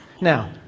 Now